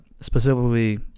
specifically